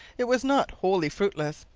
it was not wholly fruitless,